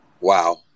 Wow